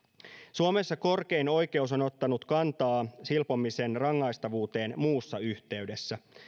suomessa korkein oikeus on ottanut kantaa silpomisen rangaistavuuteen muussa yhteydessä